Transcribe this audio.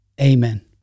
amen